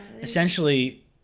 Essentially